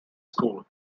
school